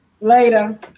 Later